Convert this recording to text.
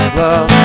love